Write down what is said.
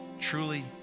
truly